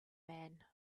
man